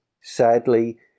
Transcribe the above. Sadly